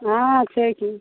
हाँ छै कि